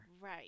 right